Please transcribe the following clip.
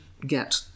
get